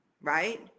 right